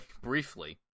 briefly